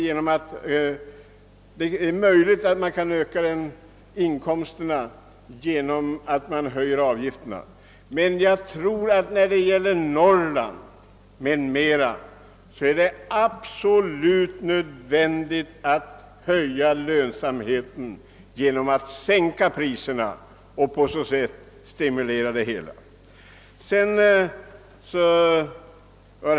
Det är möjligt att man kan öka inkomsterna genom att höja avgifterna, men jag tror att när det gäller Norrland är det absolut nödvändigt att höja lönsamheten genom att sänka priserna och på så sätt stimulera resandet.